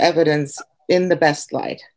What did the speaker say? evidence in the best li